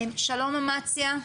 שלום, אמציה.